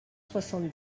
soixante